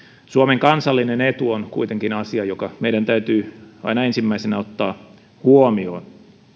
suomen kansallinen etu on kuitenkin asia joka meidän täytyy aina ensimmäisenä ottaa huomioon